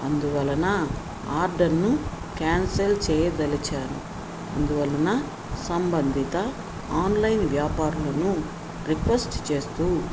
అందువలన ఆర్డర్ను క్యాన్సల్ చెయ్యదలిచాను అందువలన సంబంధిత ఆన్లైన్ వ్యాపారులను రిక్వెస్ట్ చేస్తూ